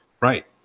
right